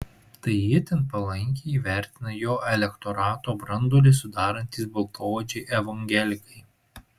tai itin palankiai vertina jo elektorato branduolį sudarantys baltaodžiai evangelikai